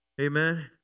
Amen